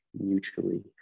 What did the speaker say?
mutually